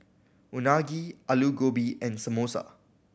Unagi Alu Gobi and Samosa